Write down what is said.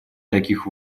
таких